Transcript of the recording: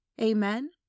Amen